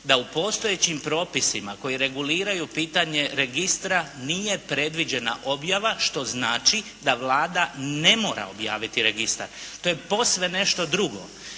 da u postojećim propisima koji reguliraju pitanje registra nije predviđena objava što znači da Vlada ne mora objaviti registar. To je posve nešto drugo.